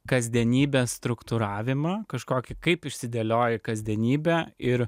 kasdienybės struktūravimą kažkokį kaip išsidėlioji kasdienybę ir